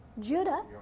Judah